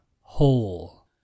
whole